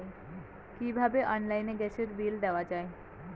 কিভাবে অনলাইনে গ্যাসের বিল দেওয়া যায়?